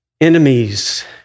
Enemies